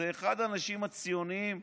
זה אחד האנשים הציונים,